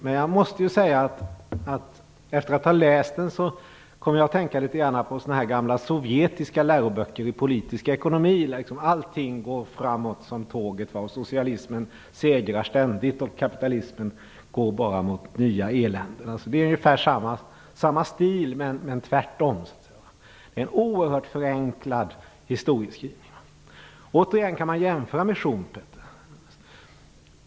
Men efter att ha läst den kom jag att tänka på gamla sovjetiska läroböcker i politisk ekonomi där allt går framåt som tåget och socialismen ständigt segrar och kapitalismen bara går mot nya eländen. Det är ungefär samma stil på motionen men tvärtom så att säga. Det är en oerhört förenklad historieskrivning. Man kan återigen jämföra med Schumpeter.